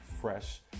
fresh